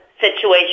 situation